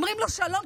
אומרים לו שלום,